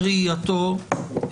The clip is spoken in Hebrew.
בראייתו,